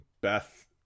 beth